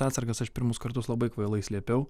atsargas aš pirmus kartus labai kvailai slėpiau